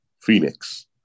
Phoenix